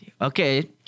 Okay